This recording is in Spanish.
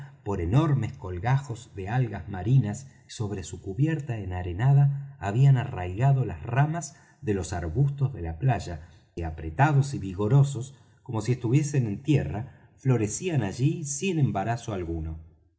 por enormes colgajos de algas marinas y sobre su cubierta enarenada habían arraigado las ramas de los arbustos de la playa que apretados y vigorosos como si estuviesen en tierra florecían allí sin embarazo alguno